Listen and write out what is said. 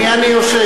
עם מי אני יושב?